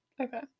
Okay